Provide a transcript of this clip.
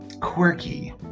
quirky